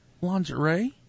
Lingerie